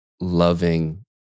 loving